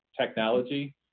technology